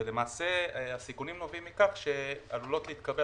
ולמעשה הסיכונים נובעים מכך שעלולות להתקבל